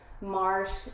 marsh